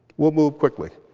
we'll move quickly.